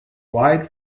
wide